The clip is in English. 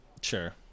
sure